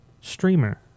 streamer